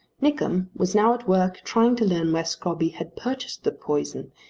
nickem was now at work trying to learn where scrobby had purchased the poison,